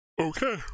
Okay